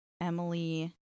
Emily